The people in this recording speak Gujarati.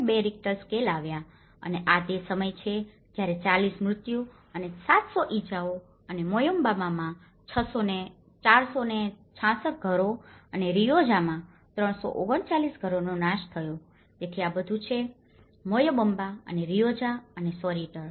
2 રિક્ટર સ્કેલ આવ્યા છે અને આ તે સમયે છે જ્યારે 40 મૃત્યુ અને 700 ઇજાઓ અને મોયોબંબામાં 466 ઘરો અને રિયોજામાં 339 ઘરોનો નાશ થયો તેથી આ બધું છે મોયોબંબા અને રિયોજા અને સોરીટર